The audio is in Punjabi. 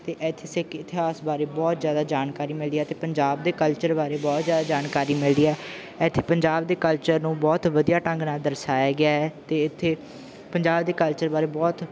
ਅਤੇ ਇੱਥੇ ਸਿੱਖ ਇਤਿਹਾਸ ਬਾਰੇ ਬਹੁਤ ਜ਼ਿਆਦਾ ਜਾਣਕਾਰੀ ਮਿਲਦੀ ਹੈ ਅਤੇ ਪੰਜਾਬ ਦੇ ਕਲਚਰ ਬਾਰੇ ਬਹੁਤ ਜ਼ਿਆਦਾ ਜਾਣਕਾਰੀ ਮਿਲਦੀ ਹੈ ਇੱਥੇ ਪੰਜਾਬ ਦੇ ਕਲਚਰ ਨੂੰ ਬਹੁਤ ਵਧੀਆ ਢੰਗ ਨਾਲ ਦਰਸਾਇਆ ਗਿਆ ਹੈ ਅਤੇ ਇੱਥੇ ਪੰਜਾਬ ਦੇ ਕਲਚਰ ਬਾਰੇ ਬਹੁਤ